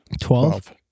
Twelve